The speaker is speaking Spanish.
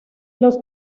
los